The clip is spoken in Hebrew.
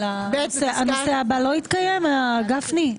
הנושא הבא לא יתקיים, גפני?